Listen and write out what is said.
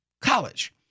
college